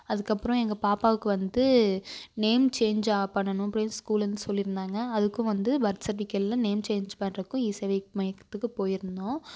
அதுக்கப்புறம் எங்கள் பாப்பாவுக்கு வந்து நேம் சேஞ்சாக பண்ணணும் அப்படின்னு ஸ்கூலிலேருந்து சொல்லியிருந்தாங்க அதுக்கும் வந்து பர்த் சர்ட்டிஃபிக்கேட்டில் நேம் சேஞ்ச் பண்ணுறக்கும் இ சேவை மையத்துக்குப் போயிருந்தோம்